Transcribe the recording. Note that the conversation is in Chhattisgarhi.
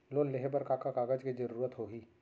लोन लेहे बर का का कागज के जरूरत होही?